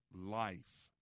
Life